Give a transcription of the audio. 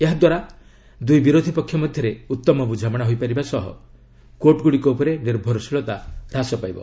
ଏହାଦ୍ୱାରା ଦୁଇ ବିରୋଧୀ ପକ୍ଷ ମଧ୍ୟରେ ଉତ୍ତମ ବୁଝାମଣା ହୋଇପାରିବା ସହ କୋର୍ଟ୍ ଗୁଡ଼ିକ ଉପରେ ନିର୍ଭରଶୀଳତା ହ୍ରାସ ପାଇବ